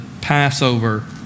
Passover